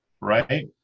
right